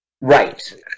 right